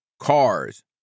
cars